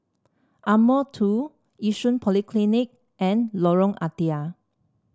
Ardmore Two Yishun Polyclinic and Lorong Ah Thia